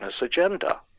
agenda